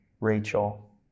Rachel